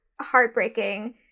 heartbreaking